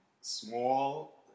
small